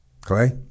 Clay